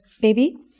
baby